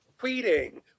tweeting